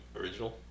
original